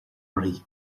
uirthi